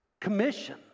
commission